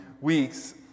weeks